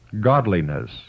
Godliness